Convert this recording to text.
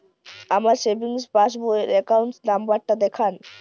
আমার savings passbook র account number টা দেখান?